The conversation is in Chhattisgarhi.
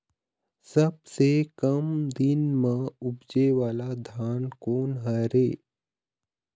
सबसे कम दिन म उपजे वाला धान कोन हर ये?